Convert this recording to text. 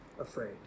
afraid